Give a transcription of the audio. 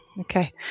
Okay